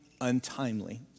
untimely